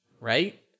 right